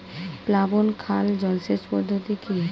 প্লাবন খাল সেচ পদ্ধতি কি?